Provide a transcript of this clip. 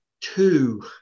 two